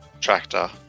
tractor